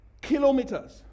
kilometers